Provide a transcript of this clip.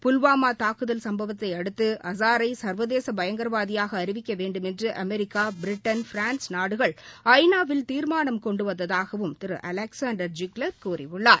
புல்வாமா தாக்குதல் சம்பவத்தை அடுத்து ஆஸாரை சா்வதேச பயங்கரவாதியாக அறிவிக்க வேண்டுமென்று அமெரிக்கா பிரிட்டன் பிரான்ஸ் நாடுகள் ஐ நா வில் தீர்மானம் கொண்டு வந்ததாகவும் திரு அலெக்சாண்டர் ஜிக்ளர் கூறியுள்ளார்